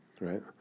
right